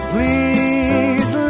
Please